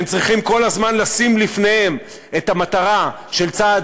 הם צריכים כל הזמן לשים לפניהם את המטרה של הצעד